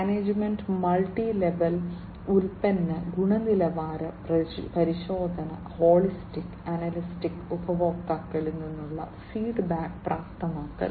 management multi level ഉൽപ്പന്ന ഗുണനിലവാര പരിശോധന ഹോളിസ്റ്റിക് അനലിറ്റിക്സ് ഉപഭോക്താക്കളിൽ നിന്നുള്ള ഫീഡ്ബാക്ക് പ്രാപ്തമാക്കൽ